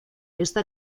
esta